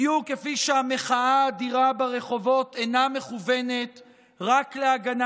בדיוק כפי שהמחאה האדירה ברחובות אינה מכוונת רק להגנה